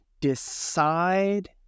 Decide